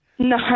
No